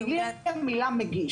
בלי המילה "מגיש",